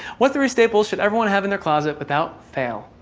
what three staples should everyone have in their closet without fail?